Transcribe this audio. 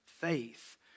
faith